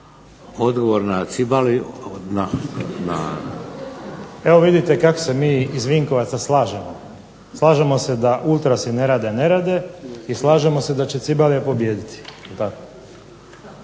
Tomislav (HDZ)** Evo vidite kako se mi iz Vinkovaca slažemo. Slažemo se da Ultrasi ne rade nerede, i slažemo se da će Cibalia pobijediti.